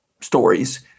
stories